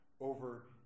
over